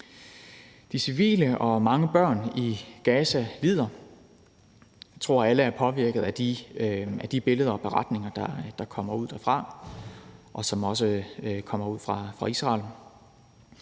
De civile og mange børn i Gaza lider. Jeg tror, alle er påvirket af de billeder og beretninger, der kommer ud derfra, og som også kommer ud fra Israel.